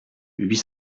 huit